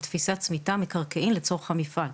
בתפיסת צמיתה מקרקעין לצורך המפעל,